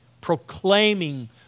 proclaiming